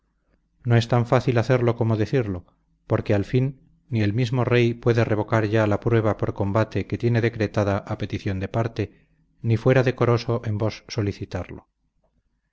no es tan fácil hacerlo como decirlo porque al fin ni el mismo rey puede revocar ya la prueba por combate que tiene decretada a petición de parte ni fuera decoroso en vos solicitarlo